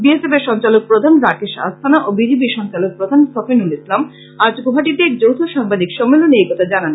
B এস এফের সঞ্চালক প্রধান রাকেশ আস্থানা ও বিজিবির সঞ্চালক প্রধান সফিনুল ইসলাম আজ গৌহাটীতে এক যৌথ সাংবাদিক সম্মেলনে একথা জানান